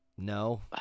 No